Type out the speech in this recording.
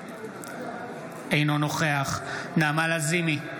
אינו נוכח נעמה לזימי,